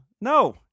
No